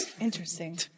Interesting